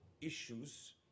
issues